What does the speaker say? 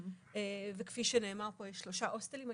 וכפי שנאמר פה, יש שלושה הוסטלים.